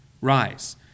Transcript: Rise